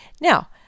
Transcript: Now